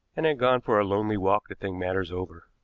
and had gone for a lonely walk to think matters over.